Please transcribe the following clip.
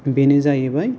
बेनो जाहैबाय